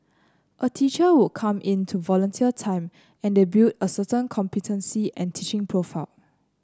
a teacher would come in to volunteer time and they build a certain competency and teaching profile